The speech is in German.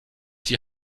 die